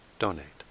donate